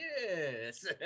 yes